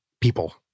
people